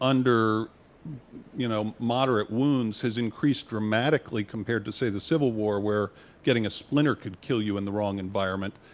moderate you know moderate wounds has increased dramatically compared to say the civil war where getting a splinter could kill you in the wrong environment.